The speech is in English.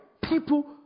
people